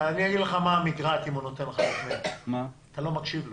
אגיד לך מה המגרעת כאשר יש שקף: שאז אתה לא מקשיב לו.